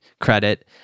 credit